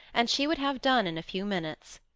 and she would have done in a few minutes.